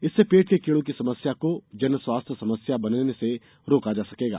इससे पेट के कीड़ों की समस्या को जन स्वास्थ्य समस्या बनने से रोका जा सकेगा